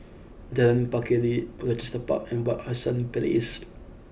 Jalan Pacheli Rochester Park and Wak Hassan Place